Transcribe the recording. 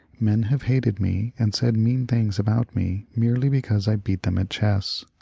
men have hated me and said mean things about me merely because i beat them at chess.